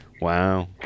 Wow